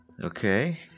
Okay